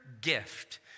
gift